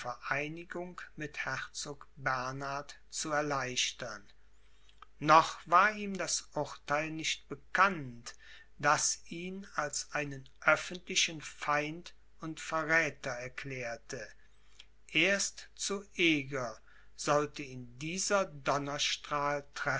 vereinigung mit herzog bernhard zu erleichtern noch war ihm das urtheil nicht bekannt das ihn als einen öffentlichen feind und verräther erklärte erst zu eger sollte ihn dieser